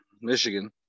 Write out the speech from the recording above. Michigan